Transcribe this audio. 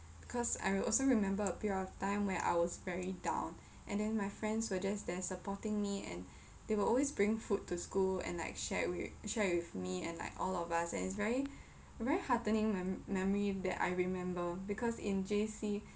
cause I also remember a period of time where I was very down and then my friends were just there supporting me and they will always bring food to school and like share with share with me and like all of us and it's very a very heartening memory that I remember because in J_C